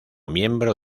miembro